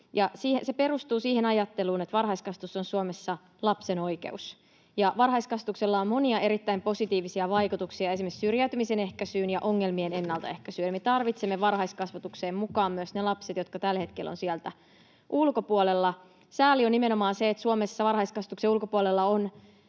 Se perustuu siihen ajatteluun, että varhaiskasvatus on Suomessa lapsen oikeus, ja varhaiskasvatuksella on monia erittäin positiivisia vaikutuksia esimerkiksi syrjäytymisen ehkäisyyn ja ongelmien ennaltaehkäisyyn. Ja me tarvitsemme varhaiskasvatukseen mukaan myös ne lapset, jotka tällä hetkellä ovat sieltä ulkopuolella. Sääli on nimenomaan se, että Suomessa varhaiskasvatuksen ulkopuolella on